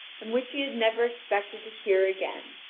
and which he had never expected to hear again.